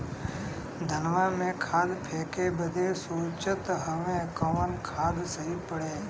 धनवा में खाद फेंके बदे सोचत हैन कवन खाद सही पड़े?